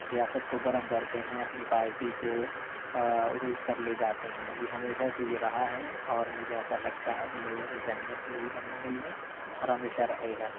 سیاست کو گرم کرتے ہیں اپنی پارٹی کو عروج تک لے جاتے ہیں یہ ہمیشہ سے یہ رہا اور مجھے ایسا لگتا ہے کہ لوگوں کی ذہنیت بھی یہی بن گئی ہے اور ہمیشہ رہے گا